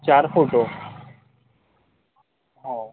आणि चार फोटो हो